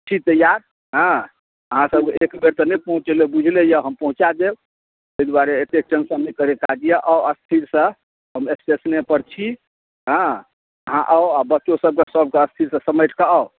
ठीक सऽ आएब हँ आहाँ सबके एक बेर तऽ नहि पहुँचेलहुॅं बुझलेअए हम पहुँचा देब एहि दुआरे एतेक टेन्शन नहि करैक काज अए आउ स्थिर सऽ हम स्टेशने पर छी हँ आहाँ आउ आ बच्चो सबके सबके स्थिर सऽ समेट कऽ आउ